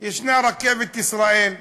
יש "רכבת ישראל",